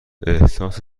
احساس